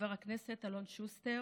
חבר הכנסת אלון שוסטר,